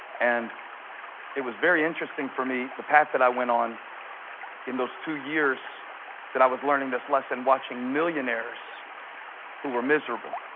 and it was very interesting for me the path that i went on in those two years that i was learning this lesson watching millionaires who were miserable?